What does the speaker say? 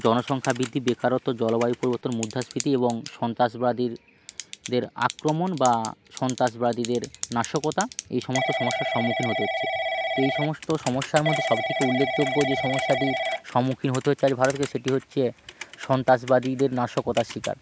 জনসংখ্যা বৃদ্ধি বেকারত্ব জলবায়ু পরিবর্তন মুদ্ধাস্ফীতি এবং সন্ত্রাসবাদীর দের আক্রমণ বা সন্তাসবাদীদের নাশকতা এই সমস্ত সমস্যার সম্মুখীন হতে হচ্ছে তো এই সমস্ত সমস্যার মধ্যে সব থেকে উল্লেখযোগ্য যে সমস্যাটির সম্মুখীন হতে যাচ্ছে আজ ভারতকে সেটি হচ্ছে সন্তাসবাদীদের নাশকতার শিকার